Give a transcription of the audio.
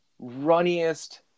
runniest